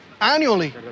annually